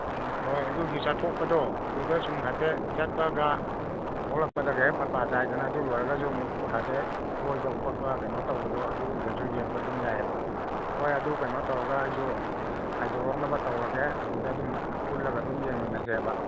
ꯎꯝ ꯍꯣꯏ ꯑꯗꯨꯒꯤ ꯆꯠꯊꯣꯛꯄꯗꯣ ꯑꯗꯨꯗꯁꯨꯝ ꯍꯥꯏꯐꯦꯠ ꯆꯠꯄꯒ ꯊꯣꯂꯛꯄꯗꯒ ꯍꯦꯛ ꯃꯄꯥ ꯆꯥꯏꯗꯅ ꯑꯗꯨ ꯂꯣꯏꯔꯒꯖꯨ ꯑꯃꯨꯛ ꯍꯥꯏꯐꯦꯠ ꯀꯣꯏꯕ ꯈꯣꯠꯄ ꯀꯩꯅꯣ ꯇꯧꯕꯗꯣ ꯑꯗꯨꯒꯨꯝꯕꯗꯖꯨ ꯌꯦꯡꯕ ꯑꯗꯨꯝ ꯌꯥꯏꯌꯦꯕ ꯍꯣꯏ ꯑꯗꯨ ꯀꯩꯅꯣ ꯇꯧꯔꯒ ꯑꯩꯖꯨ ꯍꯥꯏꯗꯣꯔꯛꯅꯕ ꯇꯧꯔꯒꯦ ꯑꯗꯨꯗꯗꯨꯝ ꯄꯨꯜꯂꯒ ꯑꯗꯨꯝ ꯌꯦꯡꯃꯤꯟꯅꯖꯦꯕ